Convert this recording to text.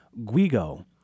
Guigo